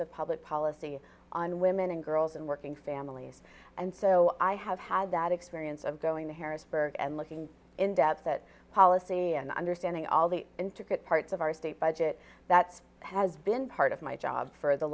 of public policy on women and girls and working families and so i have had that experience of going to harrisburg and looking in debt that policy and understanding all the intricate parts of our state budget that has been part of my job for the